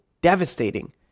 devastating